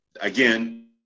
again